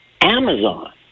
Amazon